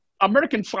American